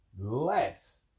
less